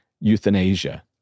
euthanasia